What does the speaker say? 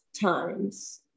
times